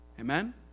Amen